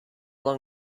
long